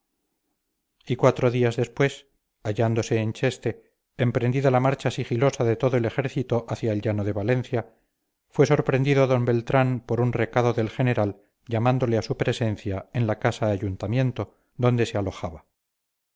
cuatro días después hallándose en cheste emprendida la marcha sigilosa de todo el ejército hacia el llano de valencia fue sorprendido d beltrán por un recado del general llamándole a su presencia en la casa ayuntamiento donde se alojaba